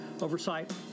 Oversight